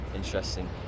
Interesting